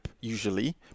usually